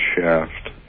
shaft